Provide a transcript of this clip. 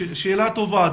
שאלה טובה.